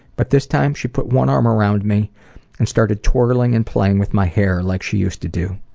but this time, she put one arm around me and started twirling and playing with my hair like she used to do.